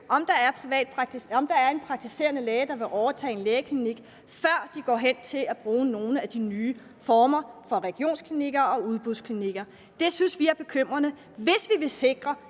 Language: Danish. om der er en praktiserende læge, der vil overtage en lægeklinik, før de går over til at bruge nogle af de nye former for regionsklinikker og udbudsklinikker. Det synes vi er bekymrende. Hvis vi ville sikre